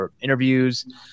interviews